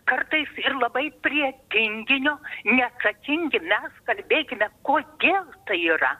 kartais ir labai prie tinginio neatsakingi mes kalbėkime kodėl tai yra